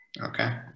Okay